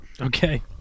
Okay